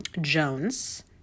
Jones